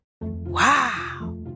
Wow